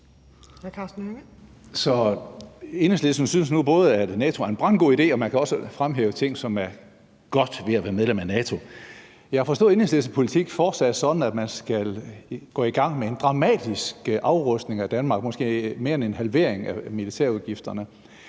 Så Enhedslisten synes nu både, at NATO er en brandgod idé, og kan også fremhæve ting, der er godt ved at være medlem af NATO. Jeg har forstået, at Enhedslistens politik fortsat er sådan, at man skal gå i gang med en dramatisk afrustning af Danmark, måske mere end en halvering af militærudgifterne.